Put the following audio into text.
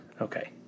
okay